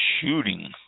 shooting